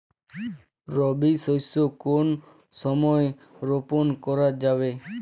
রবি শস্য কোন সময় রোপন করা যাবে?